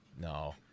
No